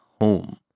home